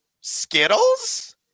Skittles